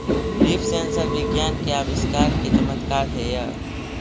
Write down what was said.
leaf sensor विज्ञान के आविष्कार के चमत्कार हेयऽ